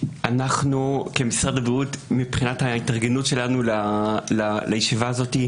שאנחנו כמשרד הבריאות מבחינת ההתארגנות שלנו לישיבה הזאת,